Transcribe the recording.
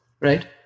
right